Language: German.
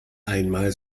einmal